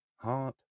heart